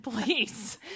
please